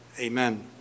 Amen